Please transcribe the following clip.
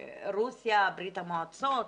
מרוסיה, ברית המועצות.